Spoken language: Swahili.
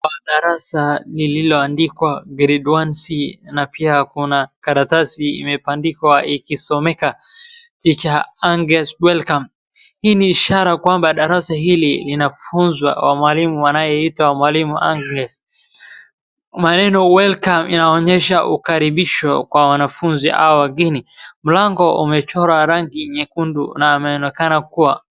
Kuna darasa lililoandikwa grade one C na pia kuna karatasi imebandikwa ikisomeka teacher Agnes welcome . Hii ni ishara kwamba darasa hili linafunzwa na mwalimu anayeitwa mwalimu Agnes. Maneno welcome inaonyesha ukaribisho kwa wanafunzi au wageni. Mlango umechorwa rangi nyekundu na inaonekana kuwa.